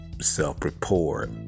self-report